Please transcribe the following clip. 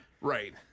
Right